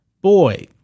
Boy